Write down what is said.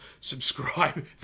subscribe